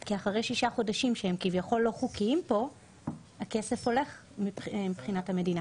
כי אחרי שישה חודשים שהם כביכול לא חוקיים פה הכסף הולך מבחינת המדינה,